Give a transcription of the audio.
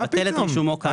לבטל את רישומו כאמור.